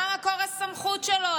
מה מקור הסמכות שלו?